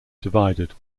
divided